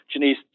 Janice